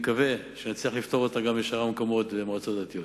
אני מקווה שנצליח לפתור אותה גם בשאר המקומות ובמועצות הדתיות.